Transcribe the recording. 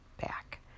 back